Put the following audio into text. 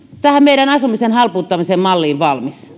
tähän meidän asumisen halpuuttamisen malliin valmis